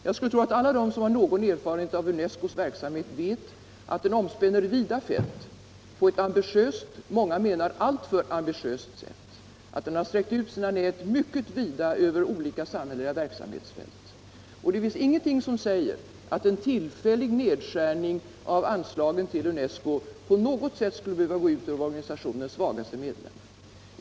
Jag skulle tro att alla de som har någon erfarenhet av UNES CO:s verksamhet vet att den omspänner vida fält på ett ambitiöst — många menar alltför ambitiöst — sätt. UNESCO har sträckt ut sina nät över mycket vida samhälleliga verksamhetsfält. Det finns ingenting som säger att en tillfällig nedskärning av anslagen till UNESCO på något sätt skulle behöva gå ut över organisationens svagaste medlemmar.